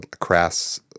crass